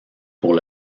pour